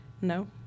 No